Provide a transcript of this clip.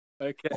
Okay